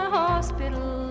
hospital